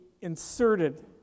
inserted